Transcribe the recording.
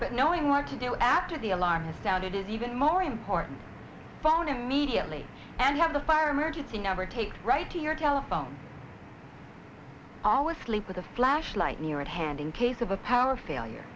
but knowing what to do after the alarm is doubt it is even more important phone immediately and have the fire emergency never take right to your telephone always sleep with a flashlight near at hand in case of a power failure